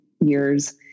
years